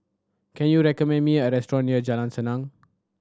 can you recommend me a restaurant near Jalan Senang